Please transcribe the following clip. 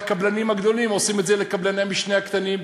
הקבלנים הגדולים עושים את זה לקבלני המשנה הקטנים,